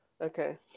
Okay